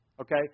Okay